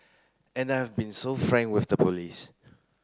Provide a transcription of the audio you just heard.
and I have been so frank with the police